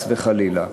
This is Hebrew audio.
חס וחלילה.